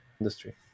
industry